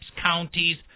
counties